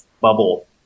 bubble